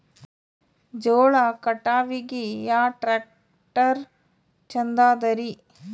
ಜೋಳ ಕಟಾವಿಗಿ ಯಾ ಟ್ಯ್ರಾಕ್ಟರ ಛಂದದರಿ?